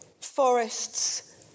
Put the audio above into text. forests